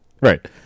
Right